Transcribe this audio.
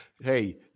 hey